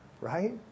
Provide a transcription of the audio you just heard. Right